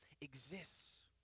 exists